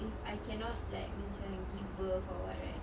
if I cannot like macam give birth or what right